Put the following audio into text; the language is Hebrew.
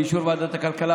באישור ועדת הכלכלה,